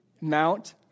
Mount